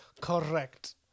correct